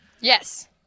Yes